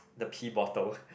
the pee bottle